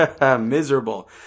Miserable